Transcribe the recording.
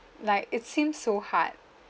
like it seemed so hard